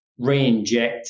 reinject